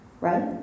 Right